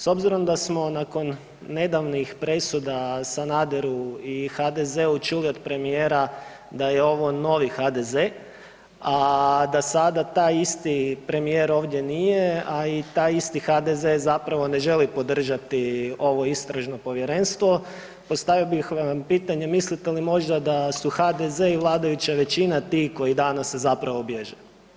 S obzirom da smo nakon nedavnih presuda Sanaderu i HDZ-u čuli od premijera da je ovo novi HDZ, a da sada taj isti premijer ovdje nije, a i taj isti HDZ zapravo ne želi podržati ovo istražno povjerenstvo postavio bih vam pitanje mislite li možda da su HDZ i vladajuća većina ti koji danas zapravo bježe.